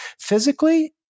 Physically